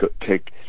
take